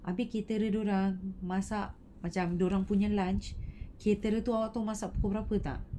habis kita dua-dua orang masak macam dia orang punya lunch caterer tu all tu masak pukul berapa tak